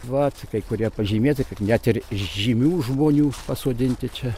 vat kai kurie pažymėti kad net ir žymių žmonių pasodinti čia